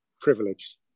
Privileged